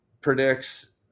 predicts